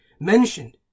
mentioned